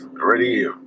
already